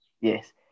yes